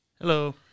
Hello